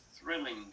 thrilling